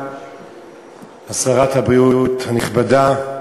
שרת הבריאות הנכבדה,